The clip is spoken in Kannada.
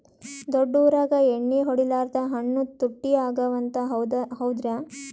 ದೊಡ್ಡ ಊರಾಗ ಎಣ್ಣಿ ಹೊಡಿಲಾರ್ದ ಹಣ್ಣು ತುಟ್ಟಿ ಅಗವ ಅಂತ, ಹೌದ್ರ್ಯಾ?